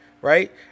right